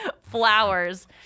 flowers